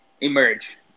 emerge